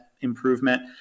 improvement